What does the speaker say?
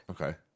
Okay